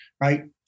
right